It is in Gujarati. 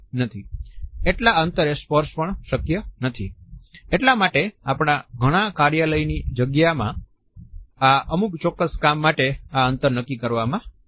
એટલા અંતરે સ્પર્શ પણ શક્ય નથી એટલા માટે આપણે ઘણા કાર્યાલયની જગ્યા માં આ અમુક ચોક્કસ કામ માટે આ અંતર નક્કી કરવામાં આવે છે